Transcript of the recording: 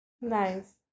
Nice